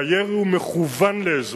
והירי מכוון לאזרחים.